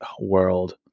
world